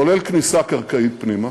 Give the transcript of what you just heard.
כולל כניסה קרקעית פנימה,